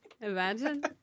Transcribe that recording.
imagine